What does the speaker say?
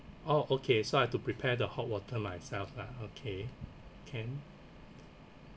oh okay so I have to prepare the hot water myself ah okay can